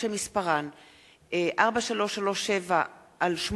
4 2. אוזלת ידה בתחום החברתי,